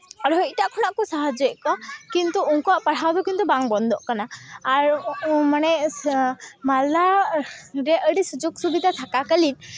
ᱟᱨᱦᱚᱸ ᱮᱴᱟᱜ ᱠᱷᱚᱱᱟᱜ ᱠᱚ ᱥᱟᱦᱟᱡᱽᱡᱚᱭᱮᱜ ᱠᱚᱣᱟ ᱠᱤᱱᱛᱩ ᱩᱱᱠᱩᱣᱟᱜ ᱯᱟᱲᱦᱟᱣ ᱫᱚ ᱠᱤᱱᱛᱩ ᱵᱟᱝ ᱵᱚᱱᱫᱚᱜ ᱠᱟᱱᱟ ᱟᱨ ᱢᱟᱱᱮ ᱢᱟᱞᱫᱟ ᱨᱮ ᱟᱹᱰᱤ ᱥᱩᱡᱳᱜᱽ ᱥᱩᱵᱤᱫᱟ ᱛᱷᱟᱠᱟ ᱠᱟᱹᱞᱤᱱ